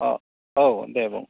अ औ दे बुं